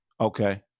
Okay